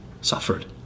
suffered